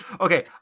Okay